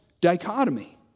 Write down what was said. dichotomy